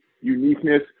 uniqueness